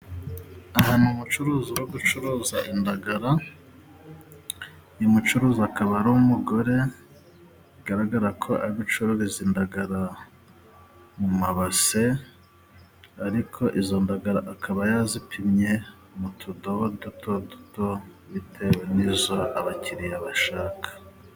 Aha ni umucuruzi uri gucuruza indagara. Uyu mucuruzi akaba ari umugore. Bigaragara ko ari gucururiza indagara mu mabase, ariko izo ndagara akaba yazipimye mu tudobo duto duto bitewe n'izo abakiriya bashaka.